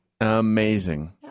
Amazing